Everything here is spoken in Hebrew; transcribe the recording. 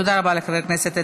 תודה רבה לחבר הכנסת ברושי.